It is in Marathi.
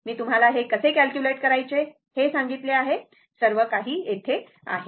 मी तुम्हाला हे कसे कॅलक्युलेट करायचे हे सांगितले आहे सर्व काही येथे आहे